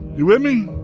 you with me?